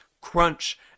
crunch